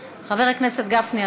ראשונה.